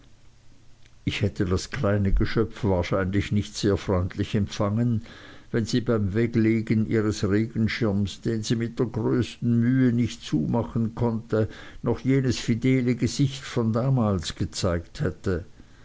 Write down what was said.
ich hätte das kleine geschöpf wahrscheinlich nicht sehr freundlich empfangen wenn sie beim weglegen ihres regenschirms den sie mit der größten mühe nicht zumachen konnte noch jenes fidele gesicht von damals gezeigt hätte